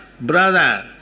brother